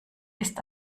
ist